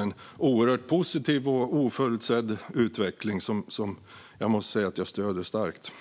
en oerhört positiv och oförutsedd utveckling som jag måste säga att jag stöder starkt.